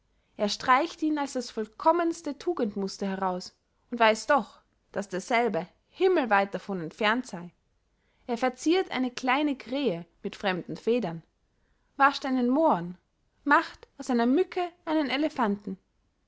er streicht ihn als das vollkommenste tugendmuster heraus und weiß doch daß derselbe himmelweit davon entfernt sey er verziert eine kleine krähe mit fremden federn wascht einen moren macht aus einer mücke einen elephanten